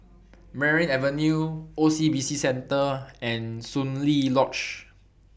Merryn Avenue O C B C Centre and Soon Lee Lodge